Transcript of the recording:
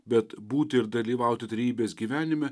bet būti ir dalyvauti trejybės gyvenime